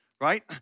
right